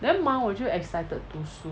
then mah 我就 excited 读书